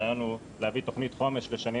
הרעיון הוא להביא תוכנית חומש לשנים